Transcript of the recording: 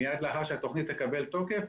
מיד לאחר שהתוכנית תקבל תוקף,